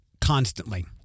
constantly